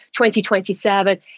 2027